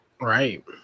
Right